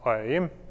IAM